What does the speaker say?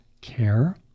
care